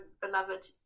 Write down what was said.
beloved